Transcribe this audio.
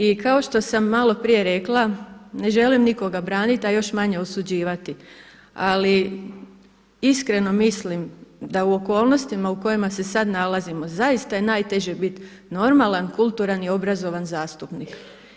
I kao što sam maloprije rekla ne želim nikoga braniti a još manje osuđivati, ali iskreno mislim da u okolnostima u kojima se sada nalazimo zaista je najteže biti normalan, kulturan i obrazovan zastupnik.